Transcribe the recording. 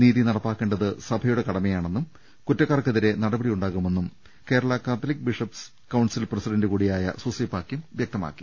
നീതി നടപ്പാ ക്കേണ്ടത് സഭയുടെ കടമയാണെന്നും കുറ്റക്കാർക്കെ തിരെ നടപടിയുണ്ടാകുമെന്നും കേരളാ കാതലിക് ബിഷപ്സ് കൌൺസിൽ പ്രസിഡന്റ്കൂടിയായ സൂസെപാകൃം വൃക്തമാക്കി